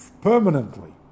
permanently